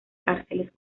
cárceles